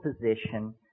position